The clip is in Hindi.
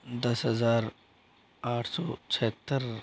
दस हजार आठ सौ छिहत्तर